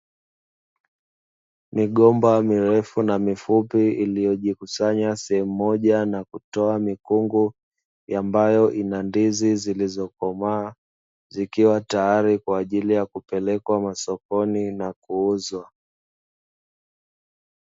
Migomba mirefu na mifupi iiliyojikusanya sehemu moja na kutoa mikungu ambayo ina ndizi zilizokomaa, zikiwa tayari kwa ajili ya kupelekwa masokoni na kuuzwa.